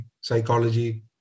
psychology